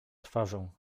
twarzą